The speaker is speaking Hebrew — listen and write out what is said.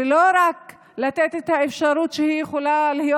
ולא רק לתת את האפשרות שהיא יכולה להיות